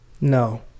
No